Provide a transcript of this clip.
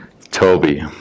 Toby